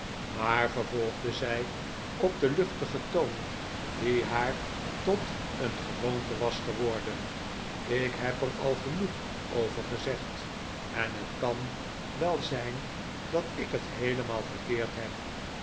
maar vervolgde zij op dei luchtigen toon die haar tot een gewoonte was geworden ik heb er al genoeg over gezegd en het kan wel zijn dat ik het heelemaal verkeerd heb